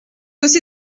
aussi